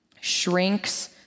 shrinks